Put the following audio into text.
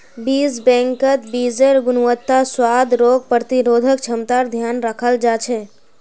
बीज बैंकत बीजेर् गुणवत्ता, स्वाद, रोग प्रतिरोधक क्षमतार ध्यान रखाल जा छे